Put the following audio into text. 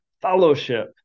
fellowship